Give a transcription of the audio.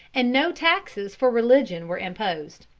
and no taxes for religion were imposed.